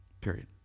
Period